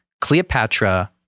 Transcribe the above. Cleopatra